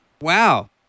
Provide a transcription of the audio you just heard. Wow